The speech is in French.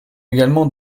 également